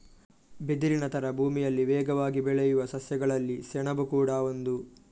ಬಿದಿರಿನ ತರ ಭೂಮಿಯಲ್ಲಿ ವೇಗವಾಗಿ ಬೆಳೆಯುವ ಸಸ್ಯಗಳಲ್ಲಿ ಸೆಣಬು ಕೂಡಾ ಒಂದು